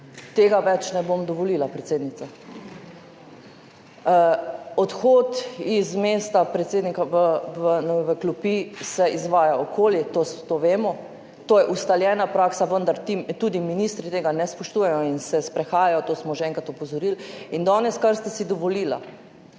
Tega več ne bom dovolila, predsednica. Odhod z mesta predsednika v klopi se izvaja okoli, to vemo. To je ustaljena praksa, vendar tudi ministri tega ne spoštujejo in se sprehajajo, na to smo že enkrat opozorili. In danes, kar ste si dovolili,